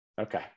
Okay